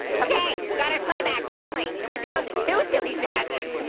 okay, we got our sleigh back, finally. and we're down to two silly santas.